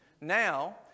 Now